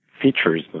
features